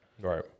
right